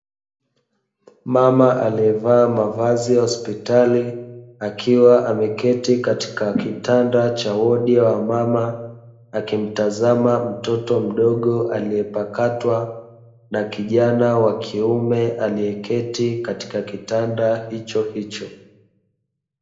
Mama alievaa mavazi ya hospitali akiwa ameketi katika kitanda cha wodi ya wamama, akimtazama mtoto mdogo aliepakatwa na kijana wa kiume alieketii katika kitanda hicho hicho.